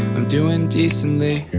i'm doing decently